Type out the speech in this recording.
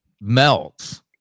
melts